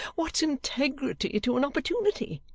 what's integrity to an opportunity?